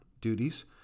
Duties